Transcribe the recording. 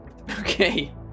Okay